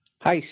Hi